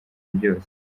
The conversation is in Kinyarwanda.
byose